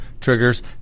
triggers